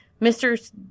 Mr